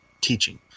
teaching